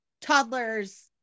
toddlers